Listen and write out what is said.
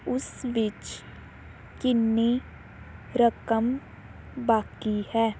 ਉਸ ਵਿੱਚ ਕਿੰਨੀ ਰਕਮ ਬਾਕੀ ਹੈ